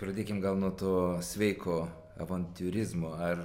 pradėkim gal nuo to sveiko avantiūrizmo ar